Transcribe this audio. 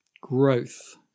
growth